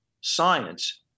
science